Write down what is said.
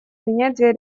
принятия